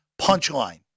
Punchline